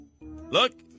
Look